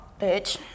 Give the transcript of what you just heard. bitch